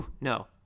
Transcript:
No